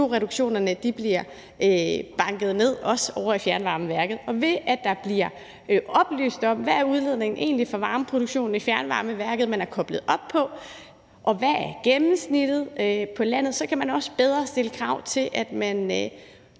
at CO2-udledningen bliver banket ned, også ovre i fjernvarmeværket. Ved at man bliver oplyst om, hvad CO2-udledningen egentlig er fra varmeproduktionen i det fjernvarmeværk, man er koblet op til, og hvad der er gennemsnittet for landet, så kan man også bedre stillet krav om, at ens